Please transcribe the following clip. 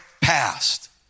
past